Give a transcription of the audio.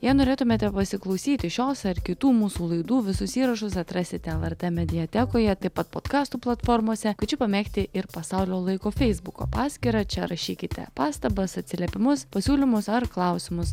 jei norėtumėte pasiklausyti šios ar kitų mūsų laidų visus įrašus atrasite lrt mediatekoje taip pat podkastų platformose kviečiu pamėgti ir pasaulio laiko feisbuko paskyrą čia rašykite pastabas atsiliepimus pasiūlymus ar klausimus